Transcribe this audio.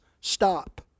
stop